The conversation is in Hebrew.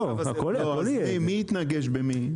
הכל יהיה --- אז מי יתנגש במי?